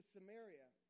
Samaria